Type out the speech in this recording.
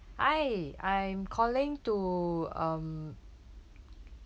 hi I'm calling to um